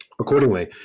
accordingly